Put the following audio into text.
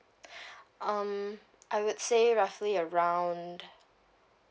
um I would say roughly around